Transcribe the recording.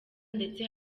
ndetse